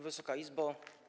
Wysoka Izbo!